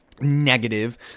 negative